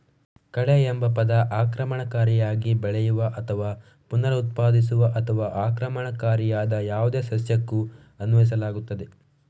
ಕಳೆಎಂಬ ಪದ ಆಕ್ರಮಣಕಾರಿಯಾಗಿ ಬೆಳೆಯುವ ಅಥವಾ ಪುನರುತ್ಪಾದಿಸುವ ಅಥವಾ ಆಕ್ರಮಣಕಾರಿಯಾದ ಯಾವುದೇ ಸಸ್ಯಕ್ಕೂ ಅನ್ವಯಿಸಲಾಗುತ್ತದೆ